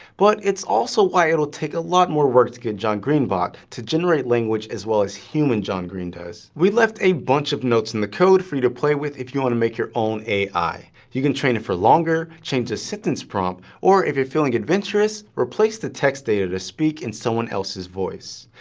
but it's also why it'll take a lot more work to get john-green-bot to generate language as well as human john green does. we've left a bunch of notes in the code for you to play if you want to make your own ai. you can train for longer, change the sentence prompt, or, if you're feeling adventurous, replace the text data to speak in someone else's voice.